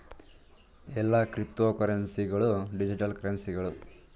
ಎಲ್ಲಾ ಕ್ರಿಪ್ತೋಕರೆನ್ಸಿ ಗಳು ಡಿಜಿಟಲ್ ಕರೆನ್ಸಿಗಳು